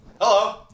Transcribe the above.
Hello